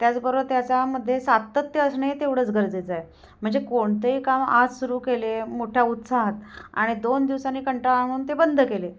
त्याचबरोबर त्याच्यामध्ये सातत्य असणे ही तेवढंच गरजेचं आहे म्हणजे कोणतंही काम आज सुरू केले मोठ्या उत्साहात आणि दोन दिवसांनी कंटाळा आला म्हणून ते बंद केले